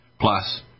plus